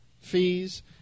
fees